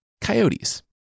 coyotes